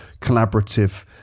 collaborative